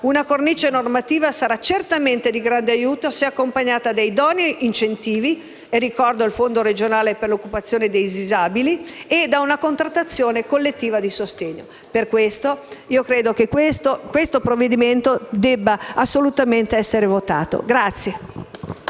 Una cornice normativa sarà certamente di grande aiuto se accompagnata da idonei incentivi (ricordo il Fondo regionale per l'occupazione dei disabili) e da una contrattazione collettiva di sostegno. Per questi motivi, ritengo che il provvedimento in esame debba essere assolutamente